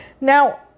Now